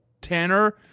Tanner